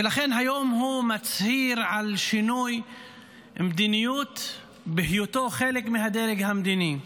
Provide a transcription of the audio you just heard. ולכן היום הוא מצהיר על שינוי מדיניות בהיותו חלק מהדרג המדיני,